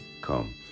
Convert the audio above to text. come